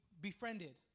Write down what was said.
befriended